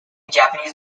japanese